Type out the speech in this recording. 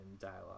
dialogue